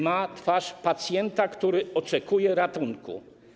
Ma twarz pacjenta, który oczekuje ratunku.